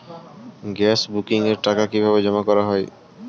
Gas বুকিংয়ের টাকা কিভাবে জমা করা হয়?